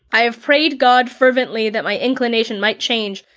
i have prayed god fervently that my inclination might change,